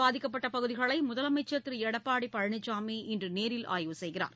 பாதிக்கப்பட்ட பகுதிகளை புயலால் முதலமைச்சர் கஜா திரு எடப்பாடி பழனிசாமி இன்று நேரில் ஆய்வு செய்கிறார்